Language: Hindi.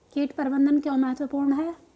कीट प्रबंधन क्यों महत्वपूर्ण है?